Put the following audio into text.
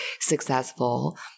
successful